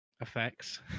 effects